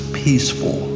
peaceful